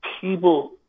people